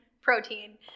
protein